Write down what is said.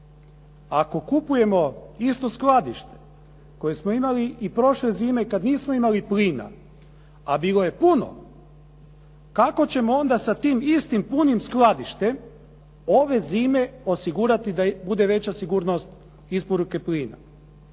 Ako kupujemo isto skladište koje smo imali i prošle zime i kad nismo imali plina, a bilo je puno, kako ćemo onda sa tim istim punim skladištem ove zime osigurati da bude veća sigurnost isporuke plina?